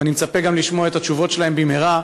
ואני מצפה גם לשמוע את התשובות שלהם במהרה,